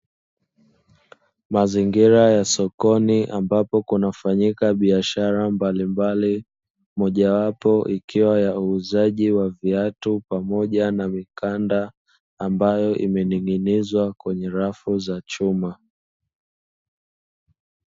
Mazingira ya sokoni ambapo kuna fanyika biashara mbalimbali, mojawapo, ikiwa ya uuzaji wa viatu pamoja na mikanda ambayo imening'inizwa kwenye rafu za chuma.